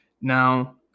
Now